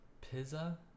Pizza